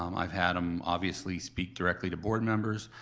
um i've had them obviously speak directly to board members.